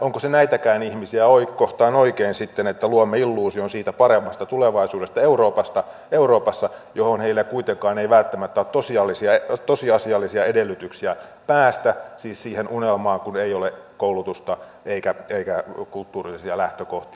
onko se näitäkään ihmisiä kohtaan oikein sitten että luomme illuusion siitä paremmasta tulevaisuudesta euroopassa johon heillä kuitenkaan ei välttämättä ole tosiasiallisia edellytyksiä päästä siis siihen unelmaan kun ei ole koulutusta eikä kulttuurillisia lähtökohtia